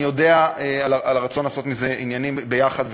אני יודע על הרצון לעשות מזה עניינים יחד,